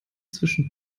zwischen